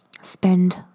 Spend